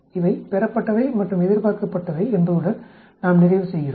இவை பெறப்பட்டவை மற்றும் இவை எதிர்பார்க்கப்பட்டவை என்பதுடன் நாம் நிறைவு செய்கிறோம்